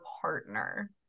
partner